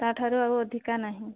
ତା'ଠାରୁ ଆଉ ଅଧିକା ନାହିଁ